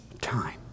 time